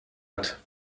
hat